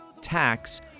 tax